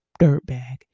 dirtbag